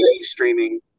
streaming